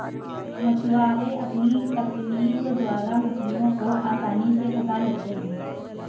मछुआरे अपनी तकनीक द्वारा मछलियों को आसानी से फंसा लेते हैं